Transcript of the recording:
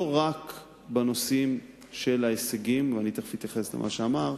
לא רק בנושאים של ההישגים, תיכף אתייחס למה שאמרת,